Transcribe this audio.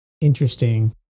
interesting